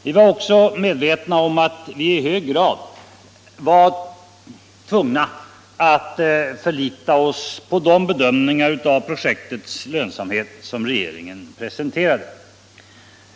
Vi var också medvetna om att vi i hög grad var tvungna att förlita oss på de bedömningar av projektets lönsamhet som regeringen presenterade.